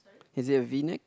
is it a V neck